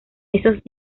esos